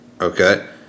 okay